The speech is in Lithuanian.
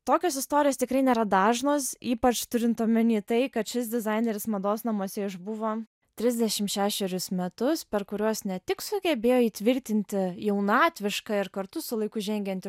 tokios istorijos tikrai nėra dažnos ypač turint omeny tai kad šis dizaineris mados namuose išbuvo trisdešim šešerius metus per kuriuos ne tik sugebėjo įtvirtinti jaunatvišką ir kartu su laiku žengianti